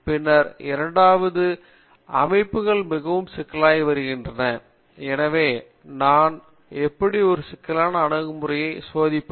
பின்னர் இரண்டாவது வரி அமைப்புகள் மிகவும் சிக்கலாகி வருகின்றன எனவே நான் எப்படி ஒரு சிக்கலான அமைப்புமுறையை சோதிப்பது